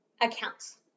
accounts